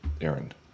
errand